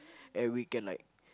and we can like